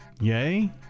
yay